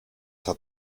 hat